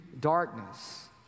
darkness